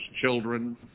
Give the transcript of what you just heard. children